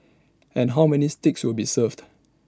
and how many steaks will be served